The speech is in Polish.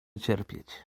cierpieć